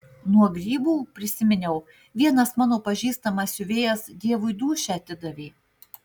nuo grybų prisiminiau vienas mano pažįstamas siuvėjas dievui dūšią atidavė